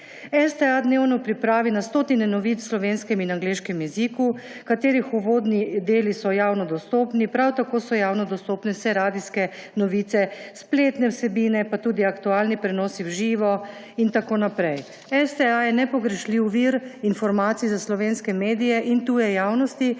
STA dnevno pripravi na stotine novic v slovenskem in angleškem jeziku, katerih uvodni deli so javno dostopni, prav tako so javno dostopne vse radijske novice, spletne vsebine, pa tudi aktualni prenosi v živo in tako naprej. STA je nepogrešljiv vir informacij za slovenske medije in tuje javnosti